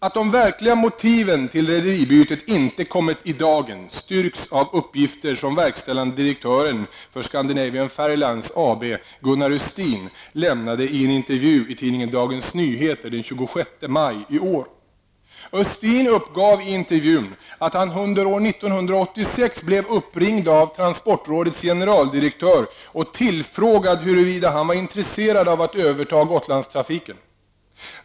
Att de verkliga motiven till rederibytet inte kommit i dagen styrks av uppgifter som verkställande direktören för Scandinavian Ferry Östin uppgav i intervjun att han under år 1986 blev uppringd av transportrådets generaldirektör och tillfrågad om huruvida han var intresserad av att överta Gotlandstrafiken.